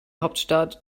hauptstadt